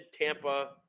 Tampa